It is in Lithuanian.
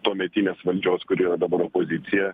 tuometinės valdžios kuri yra dabar pozicija